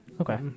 Okay